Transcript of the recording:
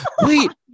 wait